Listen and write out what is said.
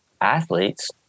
athletes